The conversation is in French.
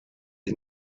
est